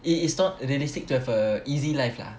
it is not realistic to have a easy life lah